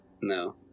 No